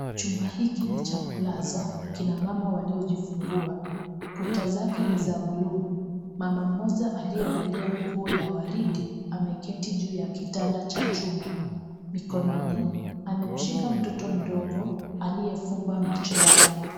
Chumba hiki ni cha kulaza akina mama waliojifungua, kuta zake ni za buluu , mama mmoja aliyevalia nguo ya waridi ameketi juu ya kitanda cha chuma, mikononi amemshika mtoto mdogo aliyefumba macho yake.